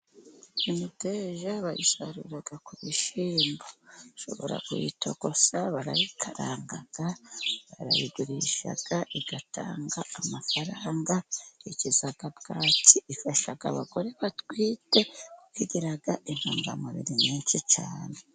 Imiteja bayisarura ku bishyimbo. Bashobora kuyitogosa, barayikaranga, barayigurisha, igatanga amafaranga, ikiza bwaki, ifasha abagore batwite, kuko igira intungamubiri nyinshi cyane.